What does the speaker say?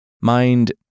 mind